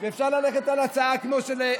אבל זה זמן.